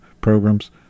programs